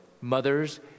mothers